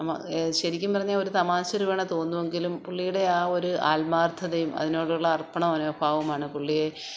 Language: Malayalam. നമ്മൾ ശരിക്കും പറഞ്ഞാൽ ഒരു തമാശ രൂപേണ തോന്നുമെങ്കിലും പുള്ളിയുടെ ആ ഒരു ആത്മാർത്ഥതയും അതിനോടുള്ള അർപ്പണ മനോഭാവവുമാണ് പുള്ളിയെ